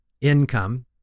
income